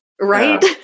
right